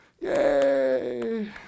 Yay